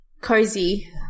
cozy